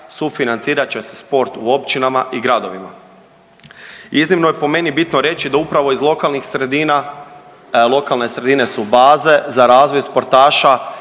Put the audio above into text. sufinancirat će se sport u općinama i gradovima. Iznimno je po meni bitno reći da upravo iz lokalnih sredina, lokalne sredine su baze za razvoj sportaša